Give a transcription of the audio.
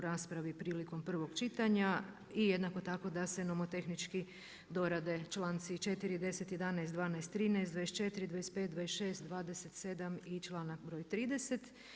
raspravi prilikom prvog čitanja i jednako tako da se nomotehnički dorade članci 4., 10., 11., 12., 13., 24., 25., 26., 27. i članak broj 30.